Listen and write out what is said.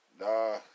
Nah